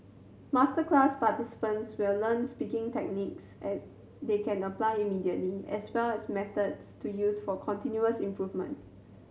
masterclass participants will learn speaking techniques and they can apply immediately as well as methods to use for continuous improvement